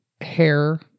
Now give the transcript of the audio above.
hair